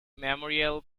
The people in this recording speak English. memorial